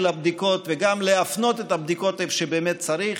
הבדיקות וגם להפנות את הבדיקות לאיפה שבאמת צריך,